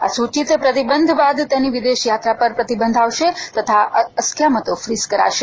આ સૂચિત પ્રતિબંધ બાદ તેની વિદેશ યાત્રા ઉપર પ્રતિબંધ આવશે તથા અસ્કયામતો ફીઝ કરાશે